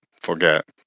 forget